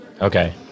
Okay